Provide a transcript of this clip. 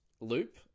loop